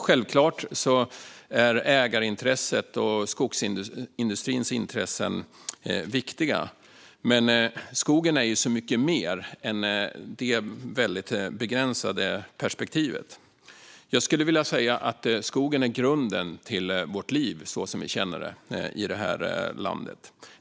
Självklart är ägarintresset och skogsindustrins intressen viktiga. Men skogen är så mycket mer än detta väldigt begränsade perspektiv. Jag skulle vilja säga att skogen är grunden till vårt liv sådant vi känner det i det här landet.